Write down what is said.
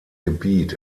gebiet